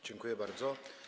Dziękuję bardzo.